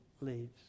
leaves